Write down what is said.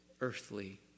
earthly